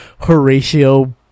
Horatio